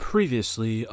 previously